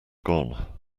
gone